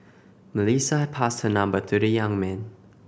Melissa passed her number to the young man